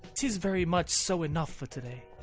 tis very much so enough fir today.